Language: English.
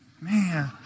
Man